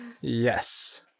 Yes